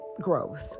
growth